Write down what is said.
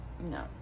no